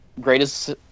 greatest